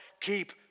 Keep